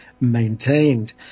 maintained